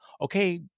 okay